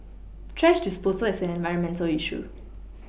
thrash disposal is an environmental issue